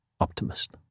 optimist